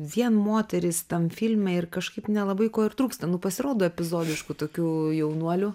vien moterys tame film ir kažkaip nelabai ko ir trūksta nu pasirodo epizodiškų tokių jaunuolių